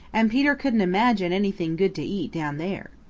and peter couldn't imagine anything good to eat down there.